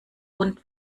und